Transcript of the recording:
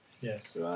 Yes